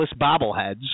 bobbleheads